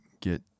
get